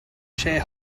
share